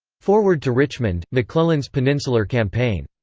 forward to richmond mcclellan's peninsular campaign.